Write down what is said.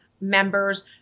members